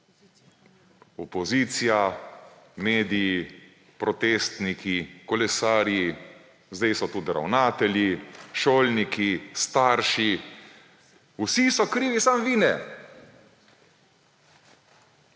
opozicija, mediji, protestniki, kolesarji, zdaj so tudi ravnatelji, šolniki, starši. Vsi so krivi, samo vi ne,